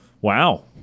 wow